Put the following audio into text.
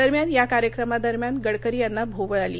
दरम्यान या कार्यक्रमादरम्यान गडकरी यांना भोवळ आली